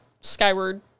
Skyward